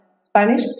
Spanish